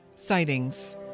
Sightings